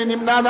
מי נמנע?